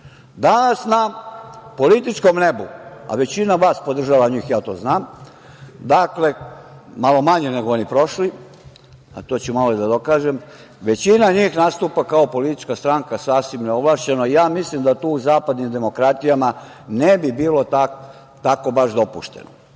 na političkom nebu, a većina vas podržava njih, ja to znam, dakle, malo manje nego oni prošli, a to ću malo i da dokažem, većina njih nastupa kao politička stranka sasvim neovlašćeno. Ja mislim da to u zapadnim demokratijama ne bi bilo tako baš dopušteno.